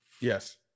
Yes